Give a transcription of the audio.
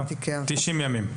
90 ימים.